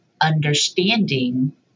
understanding